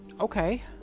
Okay